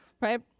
right